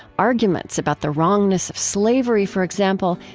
arguments about the wrongness of slavery, for example,